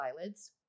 eyelids